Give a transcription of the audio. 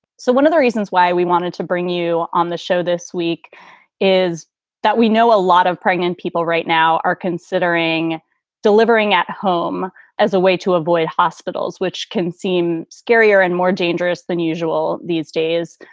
so one of the reasons why we wanted to bring you on the show this week is that we know a lot of pregnant people right now are considering delivering at home as a way to avoid hospitals, which can seem scarier and more dangerous than usual these days.